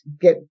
get